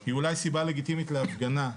היא אולי סיבה לגיטימית להפגנה.